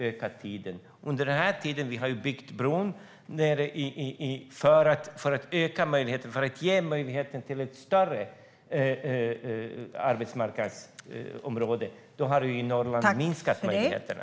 Samtidigt som vi har byggt bron för att kunna skapa ett större arbetsmarknadsområde har vi i Norrland minskat möjligheterna.